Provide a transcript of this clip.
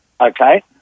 okay